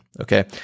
okay